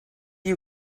you